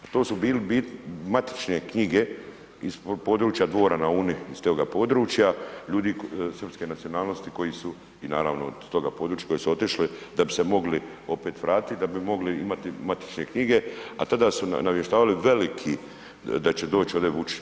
To su bile matične knjige iz područja Dvora na Uni iz toga područja ljudi srpske nacionalnosti koji su i naravno od toga područja, koji su otišli da bi se mogli opet vratit, da bi mogli imati matične knjige, a tada su navještavali veliki da će doć ovdje Vučić.